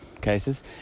cases